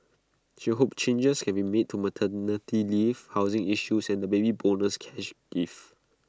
she hopes changes can be made to maternity leave housing issues and the Baby Bonus cash gift